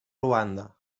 luanda